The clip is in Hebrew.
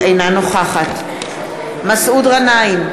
אינה נוכחת מסעוד גנאים,